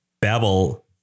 Babel